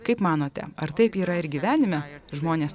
kaip manote ar taip yra ir gyvenime žmonės